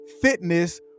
fitness